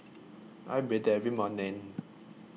I bathe every morning